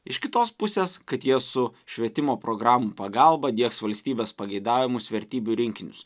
iš kitos pusės kad jie su švietimo programų pagalba diegs valstybės pageidavimus vertybių rinkinius